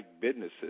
businesses